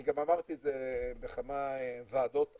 וגם אמרתי את זה בכמה ועדות אחרות,